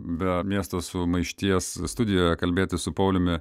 be miesto sumaišties studijoje kalbėtis su pauliumi